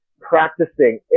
practicing